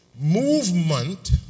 movement